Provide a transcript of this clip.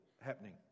happening